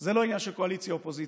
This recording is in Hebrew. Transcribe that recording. זה לא עניין של קואליציה אופוזיציה.